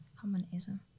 communism